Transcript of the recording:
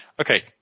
Okay